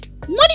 money